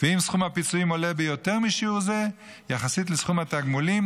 ואם סכום הפיצויים עולה ביותר משיעור זה יחסית לסכום התגמולים,